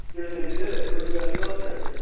there's an exhibit for the u s. military.